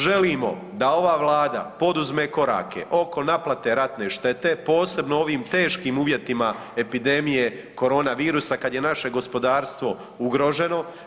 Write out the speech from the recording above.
Želimo da ova Vlada poduzme korake oko naplate ratne štete posebno ovim teškim uvjetima epidemije korona virusa kada je naše gospodarstvo ugroženo.